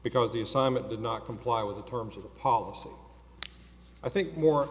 because the assignment did not comply with the terms of the policy i think more